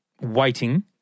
waiting